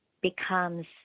becomes